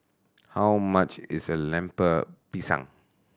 how much is Lemper Pisang